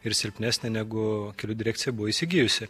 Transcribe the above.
ir silpnesnė negu kelių direkcija buvo įsigijusi